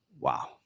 Wow